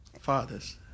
fathers